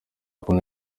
kuntu